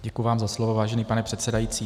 Děkuji vám za slovo, vážený pane předsedající.